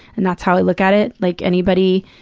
and that's how i look at it. like, anybody.